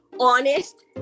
honest